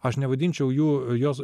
aš nevadinčiau jų jos